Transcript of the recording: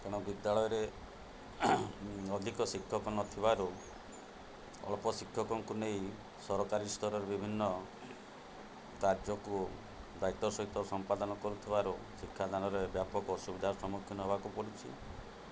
ତେଣୁ ବିଦ୍ୟାଳୟରେ ଅଧିକ ଶିକ୍ଷକ ନଥିବାରୁ ଅଳ୍ପ ଶିକ୍ଷକଙ୍କୁ ନେଇ ସରକାରୀ ସ୍ତରରେ ବିଭିନ୍ନ କାର୍ଯ୍ୟକୁ ଦାୟିତ୍ଵ ସହିତ ସମ୍ପାଦନ କରୁଥିବାରୁ ଶିକ୍ଷାଦାନରେ ବ୍ୟାପକ ଅସୁବିଧାର ସମ୍ମୁଖୀନ ହେବାକୁ ପଡ଼ୁଛି